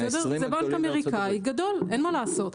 זה בנק אמריקאי גדול, אין מה לעשות.